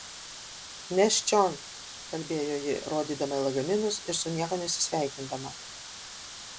nešk čion kalbėjo ji rodydama į lagaminus ir su niekuo nesisveikindama